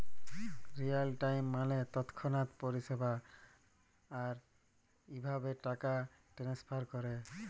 Real time মালে তৎক্ষণাৎ পরিষেবা, আর ইভাবে টাকা টেনেসফার ক্যরে